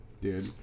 dude